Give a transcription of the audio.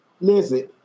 Listen